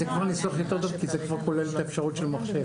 זה כבר ניסוח יותר טוב כי זה כבר כולל את האפשרות של מחשב.